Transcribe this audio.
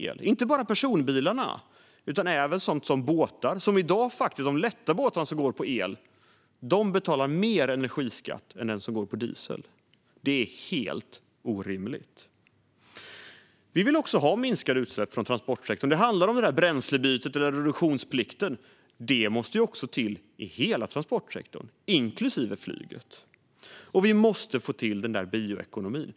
Det gäller inte bara personbilar, utan även sådant som båtar. De lätta båtar som går på el betalar i dag mer energiskatt än de som går på diesel. Det är helt orimligt. Vi vill också ha minskade utsläpp från transportsektorn. Det handlar om bränslebytet och reduktionsplikten. Detta måste till i hela transportsektorn, inklusive flyget. Vi måste få till den där bioekonomin.